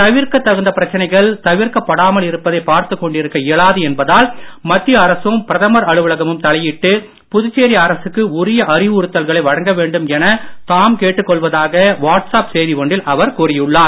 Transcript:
தவிர்க்கத் தகுந்த பிரச்சனைகள் தவிர்க்கப்படாமல் இருப்பதை பார்த்துக் கொண்டிருக்க இயலாது என்பதால் மத்திய அரசும் பிரதமர் அலுவலகமும் தலையிட்டு புதுச்சேரி அரசுக்கு உரிய அறிவுறுத்தல்களை வழங்க வேண்டும் எனத் தாம் கேட்டுக் கொள்வதாக வாட்ஸ்அப் செய்தி ஒன்றில் அவர் கூறியுள்ளார்